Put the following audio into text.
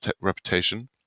reputation